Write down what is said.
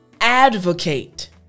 advocate